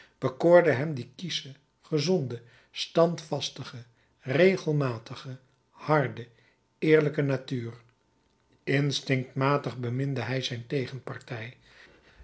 bekoorde hem die kiesche gezonde standvastige regelmatige harde eerlijke natuur instinctmatig beminde hij zijn tegenpartij